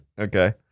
Okay